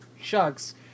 Shucks